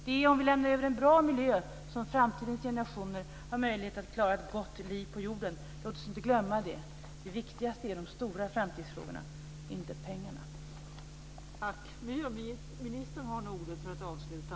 Det är genom att överlämna en bra miljö som framtidens generationer har möjlighet att klara ett gott liv på jorden. Låt oss inte glömma det. Det viktigaste är de stora framtidsfrågorna, inte pengarna.